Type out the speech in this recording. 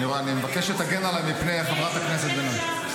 אני מבקש שתגן עליי מפני חברת הכנסת בן ארי.